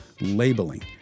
Labeling